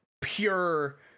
pure